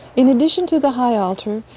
in addition to the high altar,